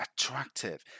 attractive